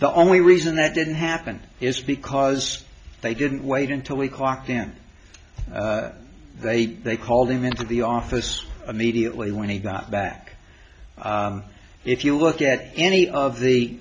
the only reason that didn't happen is because they didn't wait until we clocked in they they called him into the office immediately when he got back if you look at any of the